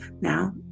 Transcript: Now